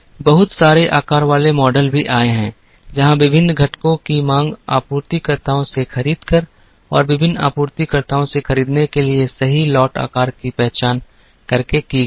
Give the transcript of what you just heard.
बहुत सारे आकार वाले मॉडल भी आए हैं जहां विभिन्न घटकों की मांग आपूर्तिकर्ताओं से खरीद कर और विभिन्न आपूर्तिकर्ताओं से खरीदने के लिए सही लॉट आकार की पहचान करके की गई थी